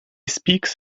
speaks